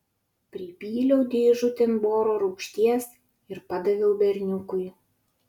pripyliau dėžutėn boro rūgšties ir padaviau berniukui